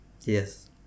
yes